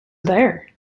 there